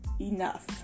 enough